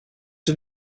was